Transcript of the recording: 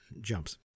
jumps